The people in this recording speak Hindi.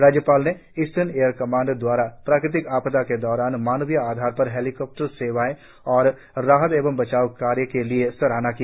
राज्यपाल ने ईस्टर्न एयर कमांड द्वारा प्राकृतिक आपदा के दौरान मानवीय आधार पर हेलीकॉप्टर सेवाएं और राहत एवं बचाव कार्य के लिए सराहना की